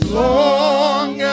long